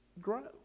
grow